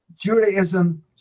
Judaism